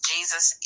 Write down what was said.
Jesus